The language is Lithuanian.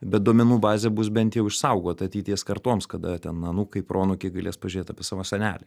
bet duomenų bazė bus bent jau išsaugota ateities kartoms kada ten anūkai proanūkiai galės pažiūrėti apie savo senelį